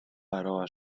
però